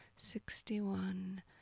Sixty-one